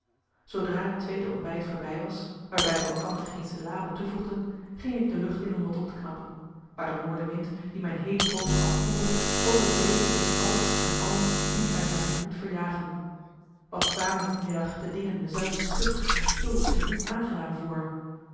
zoodra het tweede ontbijt voorbij was waarbij we elkander geen syllabe toevoegden ging ik de lucht in om wat op te knappen maar de noordewind die mijn heet hoofd afkoelde kon de wrevel tegen alles en allen niet uit mijn gemoed verjagen wat kwamen die middag de dingen me zeldzaam stug en kil en onaangenaam voor